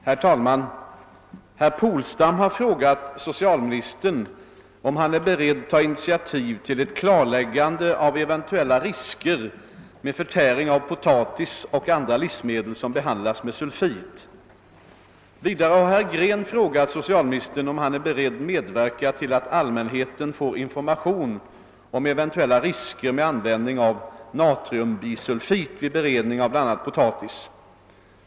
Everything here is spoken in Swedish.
Herr talman! Herr Polstam har frågat socialministern om han är beredd ta initiativ till ett klarläggande av eventuella risker med förtäring av potatis och andra livsmedel som behandlas med sulfit. Vidare har herr Green frågat socialministern om han är beredd medverka till att allmänheten får information om eventuella risker med användning av natriumbisulfit vid beredning av bl.a. potatis.